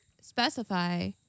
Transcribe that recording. specify